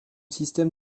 système